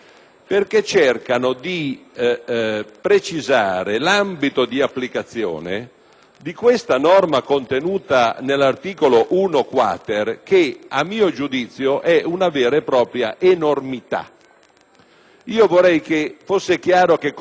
della norma contenuta nell'articolo 1-*quater*, che a mio giudizio è una vera e propria enormità. Vorrei che fosse chiaro che cosa stiamo votando e cosa contiene questa norma: si riferisce